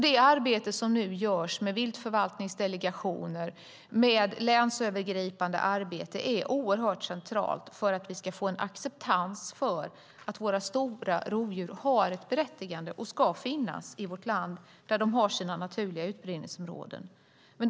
Det arbete som nu görs med viltförvaltningsdelegationer och länsövergripande arbete är centralt för att vi ska få en acceptans för att våra stora rovdjur har ett berättigande och ska finnas i vårt land där de har sina naturliga utbredningsområden.